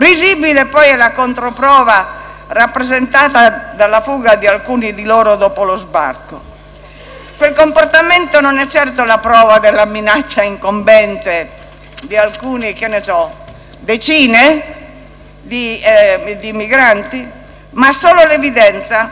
Quel comportamento non è certo la prova della minaccia incombente di alcuni - forse decine? - di migranti, ma solo l'evidenza, forse, di un'inefficienza degli apparati di sicurezza che non erano stati apprestati.